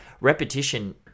repetition